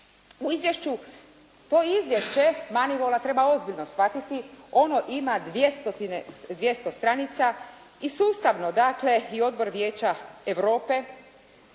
novca. To izvješće MONEYWALL-a treba ozbiljno shvatiti, ono ima 200 stranica i sustavno dakle i Odbor Vijeća Europe